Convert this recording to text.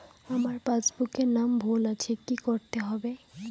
আমার পাসবুকে নাম ভুল আছে কি করতে হবে?